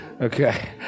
Okay